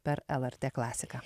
per lrt klasiką